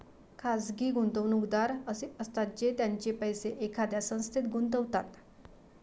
खाजगी गुंतवणूकदार असे असतात जे त्यांचे पैसे एखाद्या संस्थेत गुंतवतात